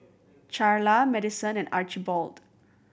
Charla Maddison and Archibald